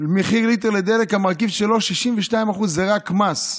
במחיר ליטר דלק, 62% זה רק מס,